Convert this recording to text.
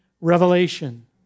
revelation